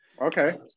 Okay